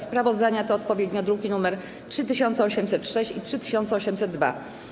Sprawozdania to odpowiednio druki nr 3806 i 3802.